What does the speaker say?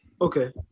Okay